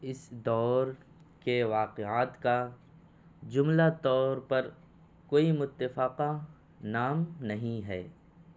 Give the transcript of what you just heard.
اس دور کے واقعات کا جملہ طور پر کوئی متفقہ نام نہیں ہے